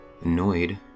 Annoyed